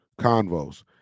Convos